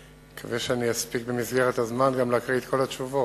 אני מקווה שאני אספיק במסגרת הזמן גם להקריא את כל התשובות.